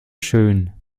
schön